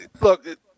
Look